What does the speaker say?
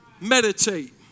Meditate